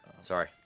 Sorry